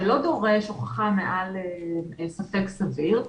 שלא דורש הוכחה מעל ספק סביר,